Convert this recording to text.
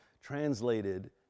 translated